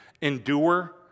Endure